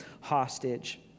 hostage